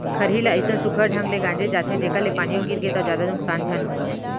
खरही ल अइसन सुग्घर ढंग ले गांजे जाथे जेकर ले पानियो गिरगे त जादा नुकसान झन होवय